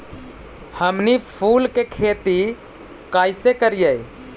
हमनी फूल के खेती काएसे करियय?